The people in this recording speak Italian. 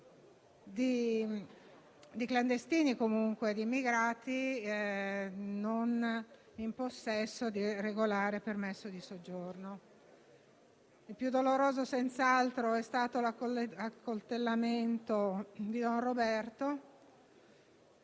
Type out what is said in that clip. di clandestini, comunque di immigrati non in possesso di regolare permesso di soggiorno. Il più doloroso, senz'altro, è stato l'accoltellamento di don Roberto,